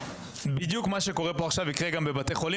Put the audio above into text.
בדיוק מה שקורה עכשיו יקרה גם בבתי חולים